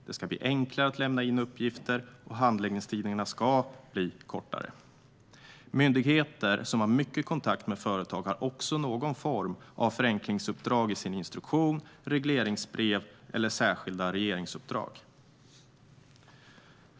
Det ska bli enklare att lämna in uppgifter, och handläggningstiderna ska kortas. Myndigheter som har mycket kontakter med företag har också någon form av förenklingsuppdrag i sin instruktion, sitt regleringsbrev eller särskilda regeringsuppdrag.